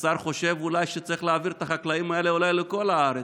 השר חושב אולי שצריך להעביר את החקלאים האלה לכל הארץ,